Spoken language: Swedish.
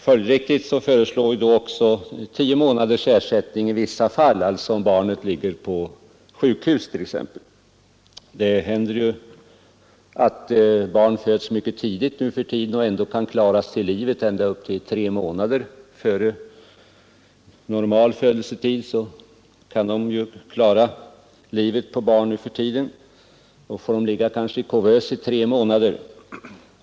I konsekvens härmed föreslår vi också en ersättningstid på tio månader i vissa fall, t.ex. om barnet efter födelsen måste vårdas på sjukhus. Barn kan ju numera räddas till livet även om de föds upp till tre månader före normal födelsetid, och de får då ligga i kuvös i kanske tre månader.